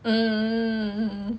hmm